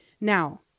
now